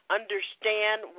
understand